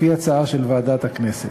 לפי הצעה של ועדת הכנסת.